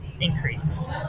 increased